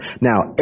Now